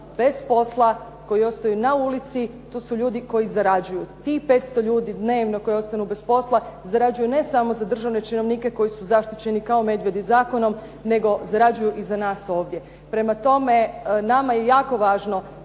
bez posla, koji ostaju na ulici, to su ljudi koji zarađuju. Tih 500 ljudi dnevno koji ostaju bez posla, zarađuju ne samo za državne činovnike koji su zaštićeni kao medvedi zakonom, nego zarađuju i za nas ovdje. Prema tome, nama je jako važno